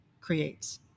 creates